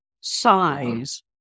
Size